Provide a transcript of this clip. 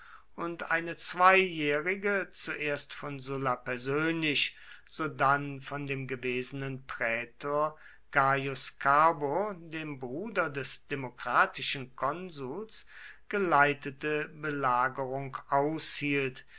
und eine zweijährige zuerst von sulla persönlich sodann von dem gewesenen prätor gaius carbo dem bruder des demokratischen konsuls geleitete belagerung aushielt